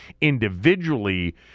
individually